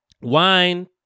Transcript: wine